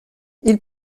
ils